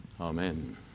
Amen